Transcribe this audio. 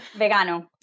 Vegano